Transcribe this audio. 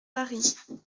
paris